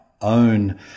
own